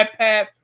iPad